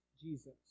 Jesus